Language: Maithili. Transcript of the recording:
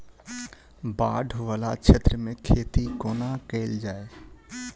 बाढ़ वला क्षेत्र मे खेती कोना कैल जाय?